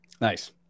Nice